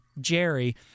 Jerry